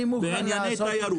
בענייני תיירות,